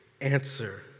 Answer